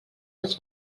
dels